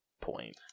point